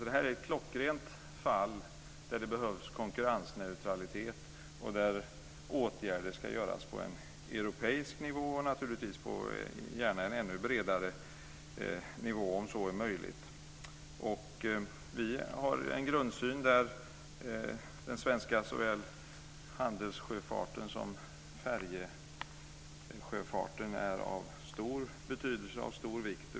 Det här är ett klockrent fall där det behövs konkurrensneutralitet och där åtgärder bör vidtas på en europeisk nivå, gärna i ännu bredare omfattning om så är möjligt. Vår grundsyn är att den svenska handelssjöfarten och färjesjöfarten är av stor vikt.